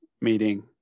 meeting